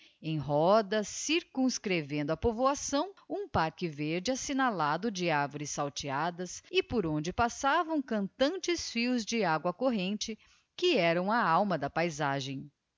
em roda circumscrevendo a povoação um parque verde assignalado de arvores salteadas e por onde passavam cantante fios de agua corrente que eram a alma da paizagem